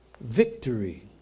Victory